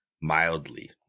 mildly